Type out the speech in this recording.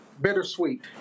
bittersweet